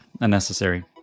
unnecessary